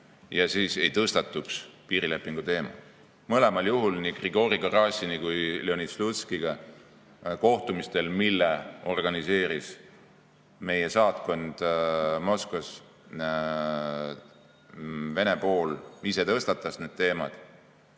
ja ei tõstatuks piirilepingu teema. Mõlemal juhul, nii Grigori Karassini kui ka Leonid Slutskiga kohtumisel, mille organiseeris meie saatkond Moskvas, Vene pool ise tõstatas need teemad.